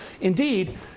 Indeed